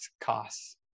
costs